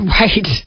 Right